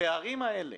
הפערים האלה